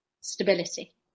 stability